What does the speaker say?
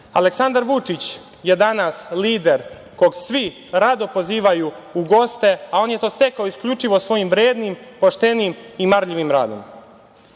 Aleksandar Vučić je danas lider kog svi rado pozivaju u goste, a on je to stekao isključivo svojim vrednim, poštenim i marljivim radom. Srbija